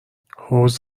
حوض